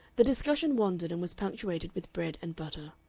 the discussion wandered, and was punctuated with bread and butter.